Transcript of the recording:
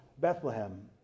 Bethlehem